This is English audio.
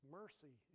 mercy